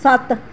ਸੱਤ